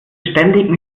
ständigen